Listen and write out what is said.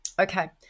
Okay